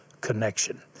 connection